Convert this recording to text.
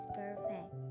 perfect